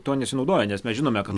tuo nesinaudoja nes mes žinome kad